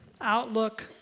outlook